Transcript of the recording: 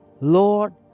Lord